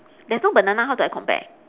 there's no banana how do I compare